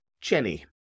Jenny